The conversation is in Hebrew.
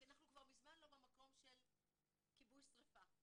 כי אנחנו כבר מזמן לא במקום של כיבוי שריפה,